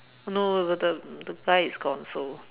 no the the the guy is gone so